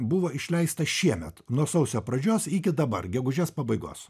buvo išleista šiemet nuo sausio pradžios iki dabar gegužės pabaigos